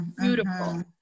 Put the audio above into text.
beautiful